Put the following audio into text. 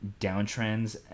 downtrends